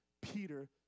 Peter